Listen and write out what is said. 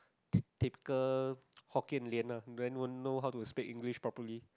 typical hokkien lian then won't know how to speak English properly